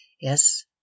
Yes